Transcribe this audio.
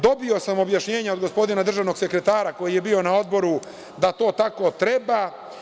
Dobio sam objašnjenje od gospodina državnog sekretara, koji je bio na odboru, da to tako treba.